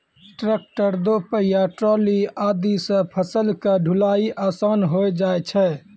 tractor, दो पहिया trolley आदि सॅ फसल के ढुलाई आसान होय जाय छै